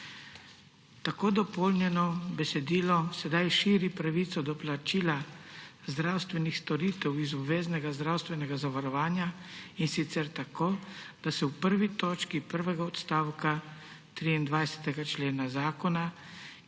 Tako dopolnjeno besedilo sedaj širi pravico do plačila zdravstvenih storitev iz obveznega zdravstvenega zavarovanja, in sicer tako, da se v 1. točki prvega odstavka 23. člena zakona,